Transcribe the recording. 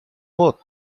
both